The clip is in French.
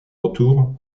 retour